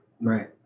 Right